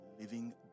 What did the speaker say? living